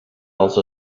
dels